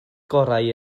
gorau